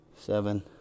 seven